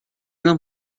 não